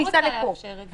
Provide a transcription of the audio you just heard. אני לא רוצה לאפשר את זה.